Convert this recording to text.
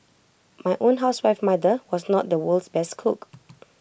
my own housewife mother was not the world's best cook